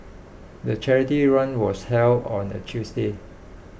the charity run was held on a Tuesday